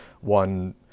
one